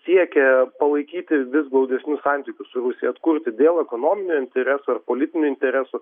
siekia palaikyti vis glaudesnius santykius su rusija atkurti dėl ekonominių interesų ar politinių interesų